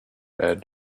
edge